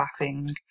laughing